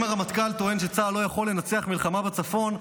אם הרמטכ"ל טוען שצה"ל לא יכול לנצח מלחמה בצפון,